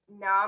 no